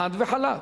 חד וחלק.